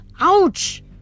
Ouch